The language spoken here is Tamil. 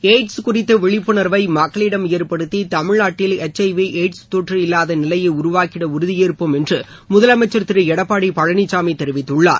எய்ட்ஸ் குறித்த விழிப்புணாவை மக்களிடம் ஏற்படுத்தி தமிழ்நாட்டில் எச் ஐ வி எய்ட்ஸ் தொற்று இல்லாத நிலையை உருவாக்கிட உறுதியேற்போம் என்று முதலமைச்சா் திரு எடப்பாடி பழனிசாமி தெரிவித்துள்ளார்